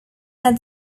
had